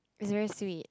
it's very sweet